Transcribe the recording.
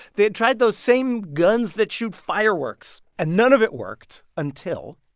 they had tried those same guns that shoot fireworks. and none of it worked until.